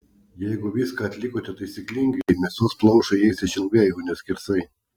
jeigu viską atlikote taisyklingai mėsos plaušai eis išilgai o ne skersai